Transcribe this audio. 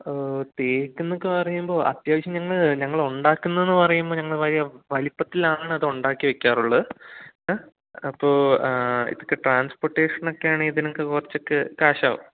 തേക്കെന്നൊക്കെ പറയുമ്പോൾ അത്യാവശ്യം നിങ്ങൾ ഞങ്ങൾ ഉണ്ടാക്കുന്നെന്നു പറയുമ്പോൾ ഞങ്ങൾ വലിയ വലിപ്പത്തിലാണത് ഉണ്ടാക്കി വെക്കാറുള്ളത് അപ്പോൾ ഇത്ക്ക് ട്രാൻസ്പോർട്ടേഷനൊക്കെയാണെങ്കിൽ തന്നെ ഒരു കുറച്ചൊക്കെ കാശാകും